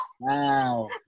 Wow